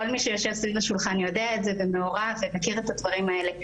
כל מי שיושב סביב השולחן יודע את זה ומעורב ומכיר את הדברים האלה,